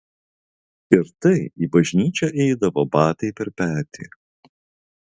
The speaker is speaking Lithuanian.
ir tai į bažnyčią eidavo batai per petį